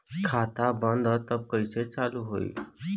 खाता बंद ह तब कईसे चालू होई?